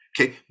Okay